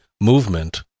movement